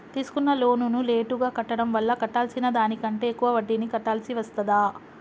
తీసుకున్న లోనును లేటుగా కట్టడం వల్ల కట్టాల్సిన దానికంటే ఎక్కువ వడ్డీని కట్టాల్సి వస్తదా?